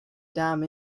damn